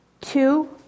Two